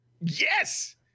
yes